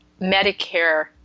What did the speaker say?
Medicare